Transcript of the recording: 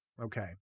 Okay